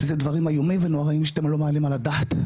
זה דברים איומים ונוראיים שאתם לא מעלים על הדעת,